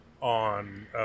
on